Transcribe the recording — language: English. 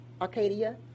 Arcadia